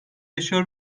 yaşıyor